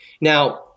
now